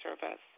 service